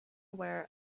aware